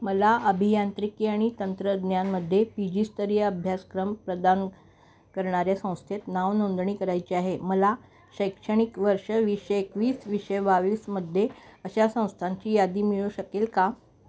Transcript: मला अभियांत्रिकी आणि तंत्रज्ञान मध्ये पी जीस्तरीय अभ्यासक्रम प्रदान करणाऱ्या संस्थेत नावनोंदणी करायची आहे मला शैक्षणिक वर्ष वीस एकवीस वीस बावीसमध्ये अशा संस्थांची यादी मिळू शकेल का